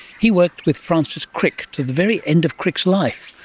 he worked with francis crick to the very end of crick's life,